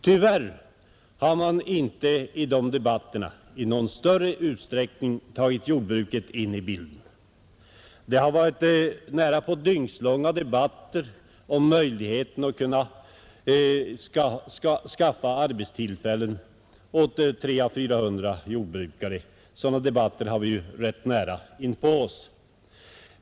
Tyvärr har man inte i de debatterna i någon större utsträckning låtit jordbruket komma in i bilden. Det har varit nära på dygnslånga debatter om möjligheten att skaffa arbetstillfällen åt 300 å 400 jordbrukare; sådana debatter har vi ju haft rätt nyligen.